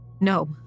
No